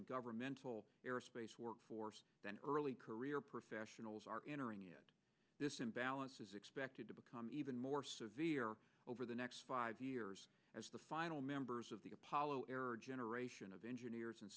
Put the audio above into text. and governmental aerospace workforce early career professionals are entering it this imbalance is expected to become even more severe over the next five years as the final members of the apollo era generation of engineers and